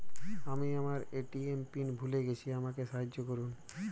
আমি আমার ATM pin ভুলে গেছি আমাকে সাহায্য করুন